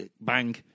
bang